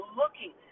looking